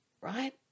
right